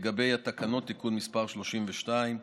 לגבי התקנות, תיקון מס' 32,